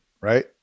right